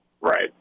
Right